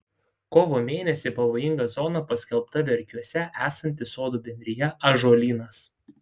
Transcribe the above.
kovo mėnesį pavojinga zona paskelbta verkiuose esanti sodų bendrija ąžuolynas